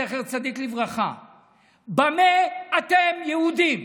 זכר צדיק לברכה: במה אתם יהודים?